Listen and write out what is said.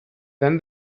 then